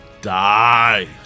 Die